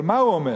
אבל מה הוא אומר?